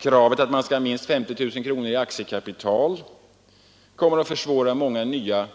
Kravet på minst 50 000 kronor i aktiekapital försvårar många nya